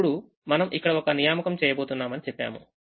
ఇప్పుడుమనం ఇక్కడ ఒక నియామకం చేయబోతున్నామని చెప్పాము